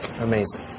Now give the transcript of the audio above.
Amazing